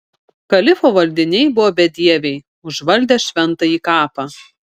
kalifo valdiniai buvo bedieviai užvaldę šventąjį kapą